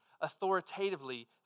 authoritatively